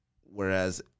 whereas